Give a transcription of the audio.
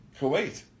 Kuwait